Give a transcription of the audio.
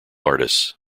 artists